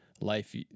life